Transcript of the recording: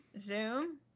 zoom